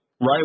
right